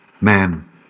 Man